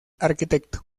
arquitecto